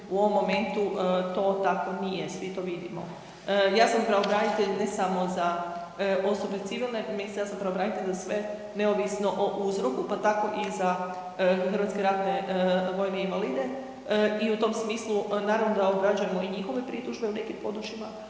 u ovom momentu to tako nije, svi to vidimo. Ja sam pravobranitelj ne samo za osobe civilne, ministarstvo, pravobranitelj za sve neovisno o uzroku pa tako i za hrvatske ratne vojne invalide. I u tom smislu naravno da obrađujemo i njihove pritužbe u nekim područjima,